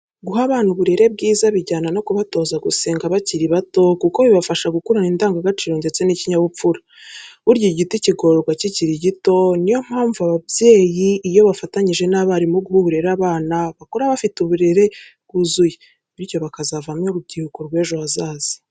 Guha abana uburere bwiza bujyana no kubatoza gusenga bakiri bato, kuko bibafasha gukurana indangagaciro ndetse n'ikinyabupfura. Burya igiti kigororwa kikiri gito ni yo mpamvu ababyeyi iyo bafatanyije n'abarimu guha uburere abana bakura bafite uburere bwuzuye, bityo bakazavamo urubyiruko rw'ejo hazaza.